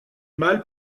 mâles